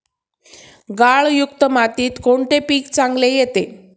गाळयुक्त मातीत कोणते पीक चांगले येते?